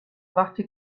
brachte